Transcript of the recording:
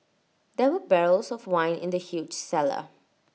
there were barrels of wine in the huge cellar